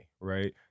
right